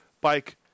bike